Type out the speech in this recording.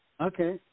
Okay